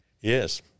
Yes